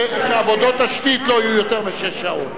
שעבודות תשתית לא יהיו יותר משש שעות.